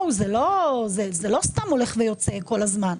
זה לא סתם הולך ויוצא כל הזמן.